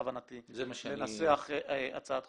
בכוונתי לנסח הצעת חוק,